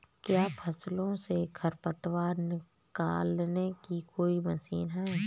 क्या फसलों से खरपतवार निकालने की कोई मशीन है?